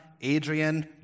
Adrian